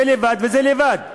זה לבד וזה לבד.